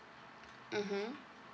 mmhmm